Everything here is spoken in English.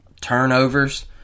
turnovers